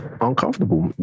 uncomfortable